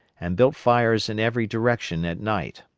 and built fires in every direction at night,